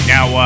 Now